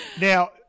Now